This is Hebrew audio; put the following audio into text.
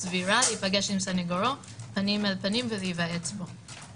סבירה להיפגש עם סנגורו פנים אל פנים ולהיוועץ בו.